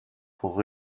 pour